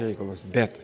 reikalus bet